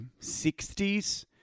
60s